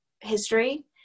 history